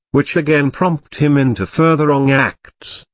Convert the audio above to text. which again prompt him into further wrong acts,